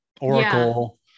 Oracle